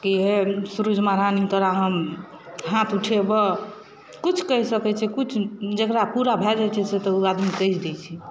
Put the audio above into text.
कि हे सुरुज महारानी तोरा हम हाथ उठेबऽ किछु कहि सकै छै किछु जकरा पूरा भऽ जाइ छै से तऽ ओ आदमी कहि दै छै